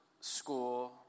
school